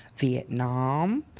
vietnam,